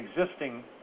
existing